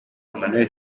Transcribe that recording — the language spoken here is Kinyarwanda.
emmanuel